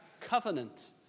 covenant